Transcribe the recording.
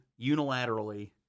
unilaterally